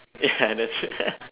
ya that's right